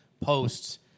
posts